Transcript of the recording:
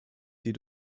die